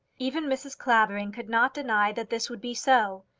even mrs. clavering could not deny that this would be so,